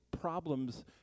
problems